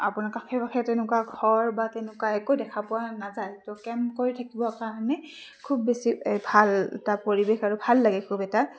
আপোনাৰ কাষে কাষে তেনেকুৱা ঘৰ বা তেনেকুৱা একো দেখা পোৱা নাযায় তহ কেম্প কৰি থাকিবৰ কাৰণে খুব বেছি ভাল এটা পৰিৱেশ আৰু ভাল লাগে খুব এটা